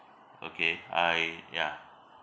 okay I yeah